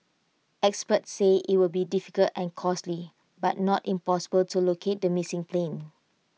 experts say IT will be difficult and costly but not impossible to locate the missing plane